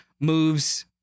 moves